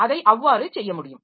அதை அவ்வாறு செய்ய முடியும்